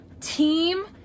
team